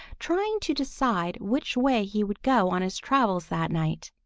trying to decide which way he would go on his travels that night.